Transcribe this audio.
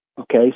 okay